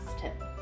tip